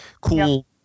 cool –